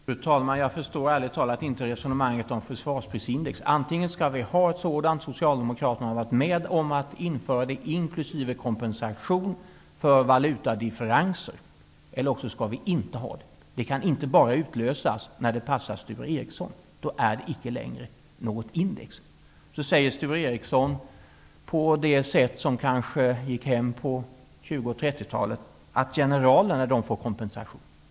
Fru talman! Jag förstår ärligt talat inte resonemanget om försvarsprisindex. Antingen skall vi ha ett sådant -- Socialdemokraterna har varit med om att införa det inkl. kompensation för valutadifferenser -- eller också skall vi inte ha det. Det kan inte bara utlösas när det passar Sture Ericson. Då är det icke längre något index. Sture Ericson säger -- på det sätt som kanske gick hem på 20 och 30-talet -- att generalerna får kompensation.